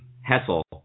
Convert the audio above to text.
Hessel